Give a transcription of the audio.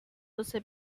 você